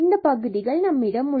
பகுதிகள் உள்ளது